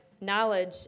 knowledge